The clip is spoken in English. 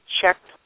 checked